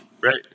Right